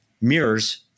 mirrors